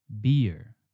Beer